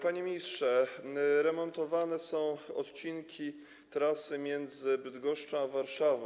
Panie ministrze, remontowane są odcinki trasy między Bydgoszczą a Warszawą.